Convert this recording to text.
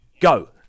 go